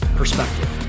perspective